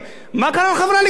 מה קרה לחברי הליכוד?